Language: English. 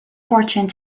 fortune